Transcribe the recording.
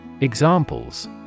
Examples